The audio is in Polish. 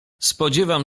spodziewam